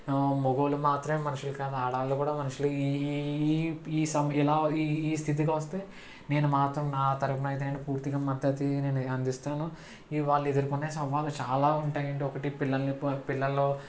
మగవాళ్ళు మాత్రమే మనుషులు కాదు ఆడవాళ్ళు కూడా మనుషులు ఈ ఈ సమ ఈ స్థితికి వస్తే నేను మాత్రం నా తరపున అయితే నేను పూర్తిగా మద్దతు నేను అందిస్తాను ఈ వాళ్ళు ఎదురుకొనే సవాళ్ళు చాలా ఉంటాయండి ఒకటి పిల్లలని పిల్లలు